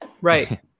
Right